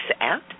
out